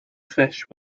fish